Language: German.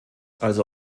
also